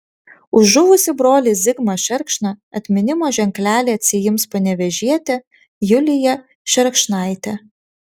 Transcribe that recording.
už žuvusį brolį zigmą šerkšną atminimo ženklelį atsiims panevėžietė julija šerkšnaitė